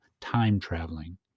time-traveling